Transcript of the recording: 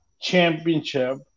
championship